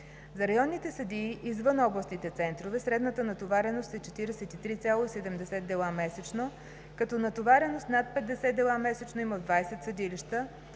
За районните съдии извън областните центрове средната натовареност е 43,70 дела месечно, като натовареност над 50 дела месечно има в 20 съдилища,